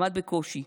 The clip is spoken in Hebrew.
עמד בקושי,